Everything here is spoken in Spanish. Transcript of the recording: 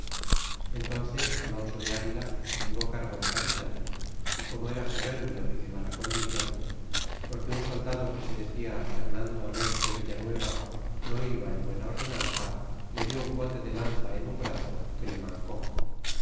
entonces alonso de avila llevó cargo de capitan ó como era soberbio de mala condicion porque un soldado que se decia hernando alonso de villanueva no iba en buena ordenanza le dió un bote de lanza en un brazo que le mancó